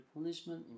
punishment